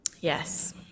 Yes